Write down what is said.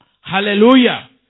Hallelujah